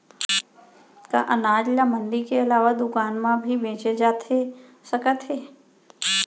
का अनाज ल मंडी के अलावा दुकान म भी बेचे जाथे सकत हे?